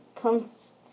comes